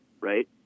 right